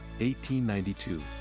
1892